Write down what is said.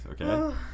okay